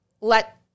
let